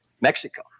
Mexico